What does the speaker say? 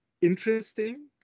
interesting